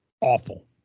awful